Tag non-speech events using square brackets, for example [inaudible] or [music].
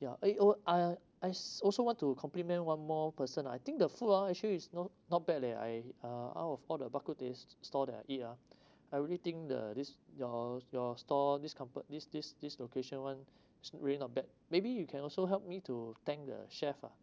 ya eh oh I I s~ also want to compliment one more person I think the food ah actually is not not bad leh I uh out of all the bak kut teh s~ s~ store that I eat ah [breath] I realy think the this your your store this compa~ this this this location [one] is really not bad maybe you can also help me to thank the chef ah